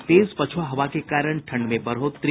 और तेज पछुआ हवा के कारण ठंड में बढ़ोतरी